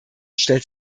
stellt